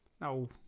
no